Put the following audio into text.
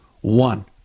One